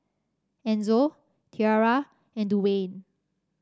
Enzo Tiarra and Duwayne